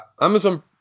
amazon